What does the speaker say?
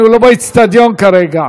אנחנו לא באצטדיון כרגע.